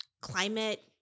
climate